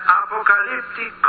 apocalyptic